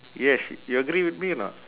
yes you agree with me or not